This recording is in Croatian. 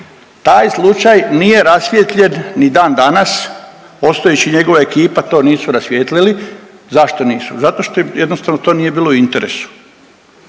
Taj slučaj nije rasvijetljen ni dandanas, Ostojić i njegova ekipa to nisu rasvijetlili. Zašto nisu? Zato što jednostavno to nije bilo u interesu.